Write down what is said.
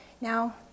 Now